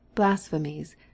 blasphemies